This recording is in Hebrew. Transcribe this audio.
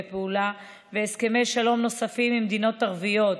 פעולה והסכמי שלום נוספים עם מדינות ערביות,